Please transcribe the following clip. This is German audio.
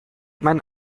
mein